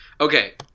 Okay